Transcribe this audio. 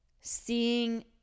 seeing